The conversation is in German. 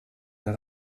der